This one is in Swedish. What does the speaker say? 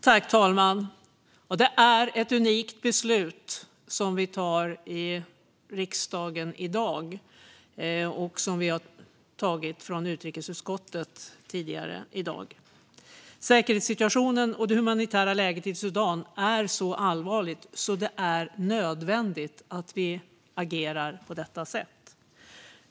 Herr talman! Det är ett unikt beslut som vi tar i riksdagen i dag och som togs i utrikesutskottet tidigare i dag. Säkerhetssituationen och det humanitära läget i Sudan är så allvarligt att det är nödvändigt att vi agerar på detta sätt.